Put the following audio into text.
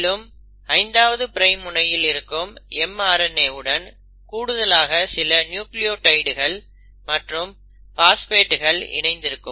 மேலும் 5ஆவது பிரைம் முனையில் இருக்கும் mRNA உடன் கூடுதலாக சில நியூக்ளியோடைடுகள் மற்றும் பாஸ்பேட்கள் இணைந்திருக்கும்